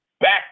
back